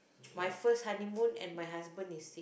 my first honeymoon and my husband is